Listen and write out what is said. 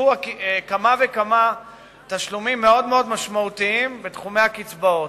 הוספו כמה וכמה תשלומים מאוד מאוד משמעותיים בתחומי הקצבאות.